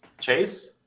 Chase